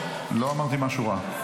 משהו רע.